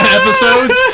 episodes